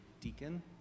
deacon